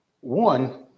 One